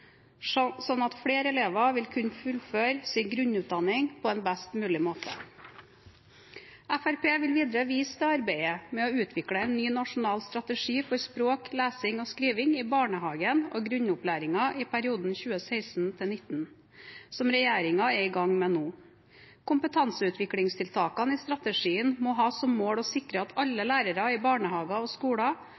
at flere elever vil kunne fullføre sin grunnutdanning på best mulig måte. Fremskrittspartiet vil videre vise til arbeidet med å utvikle en ny nasjonal strategi for språk, lesing og skriving i barnehagen og grunnopplæringen i perioden 2016–2019, som regjeringen er i gang med. Kompetanseutviklingstiltakene i strategien må ha som mål å sikre at alle lærere i barnehager og skoler